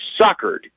suckered